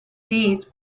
knees